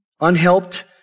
unhelped